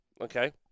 okay